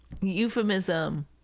euphemism